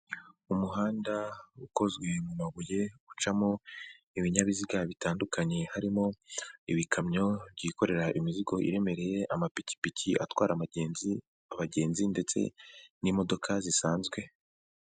Umuhanda ukozwe mu mabuye ucamo ibinyabiziga bitandukanye harimo ibikamyo byikorera imizigo iremereye, amapikipiki atwara abagenzi ndetse n'imodoka zisanzwe.